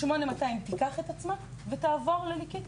8200 תיקח את עצמה ותעבור לליקית.